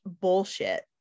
bullshit